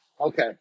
okay